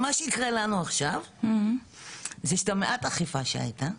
מה שיקרה כעת המעט אכיפה שהיתה,